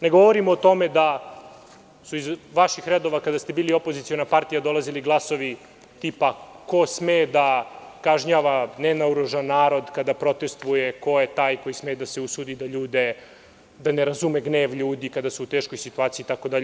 Ne govorim o tome da su iz vaših redova kada ste bili opoziciona partija dolazili glasovi tipa ko sme da kažnjava nenaoružan narod kada protestuje ko je taj koji sme da se usudi da ne razume gnev ljudi kada su u teškoj situaciji itd.